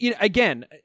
Again